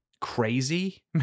crazy